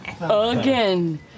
again